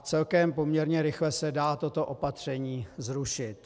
Celkem poměrně rychle se dá toto opatření zrušit.